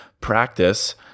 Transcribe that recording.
practice